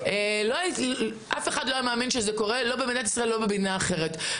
אף אחד לא היה מאמין שזה קורה במדינת ישראל ובמדינה אחרת.